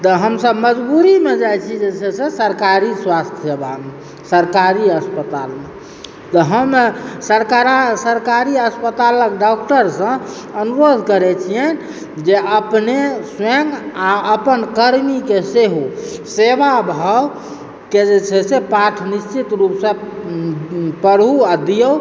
तऽ हमसब मजबूरीमे जाइ छी जे छै से सरकारी स्वास्थ्य सेवामे सरकारी अस्पतालमे तऽ हम सरकारा सरकारी अस्पतालक डॉक्टरसँ अनुरोध करय छियनि जे अपने स्वयं आओर अपन कर्मीके सेहो सेवाभावके जे छै से पाठ निश्चित रूपसँ पढ़ू आओर दियौ